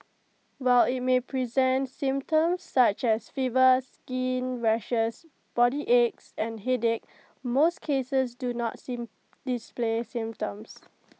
while IT may present symptoms such as fever skin rashes body aches and headache most cases do not sin display symptoms